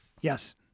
Yes